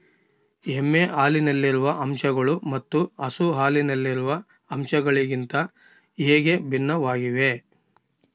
ಎಮ್ಮೆ ಹಾಲಿನಲ್ಲಿರುವ ಅಂಶಗಳು ಮತ್ತು ಹಸು ಹಾಲಿನಲ್ಲಿರುವ ಅಂಶಗಳಿಗಿಂತ ಹೇಗೆ ಭಿನ್ನವಾಗಿವೆ?